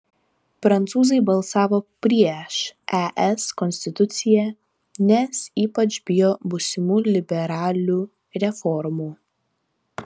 prancūzai balsavo prieš es konstituciją nes ypač bijo būsimų liberalių reformų